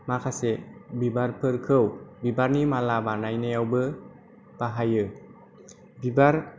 माखासे बिबारफोरखौ बिबारनि माला बानायनायावबो बाहायो बिबार